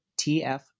tf